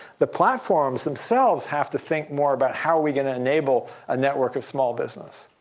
the platforms themselves have to think more about how are we going to enable a network of small business.